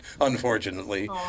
unfortunately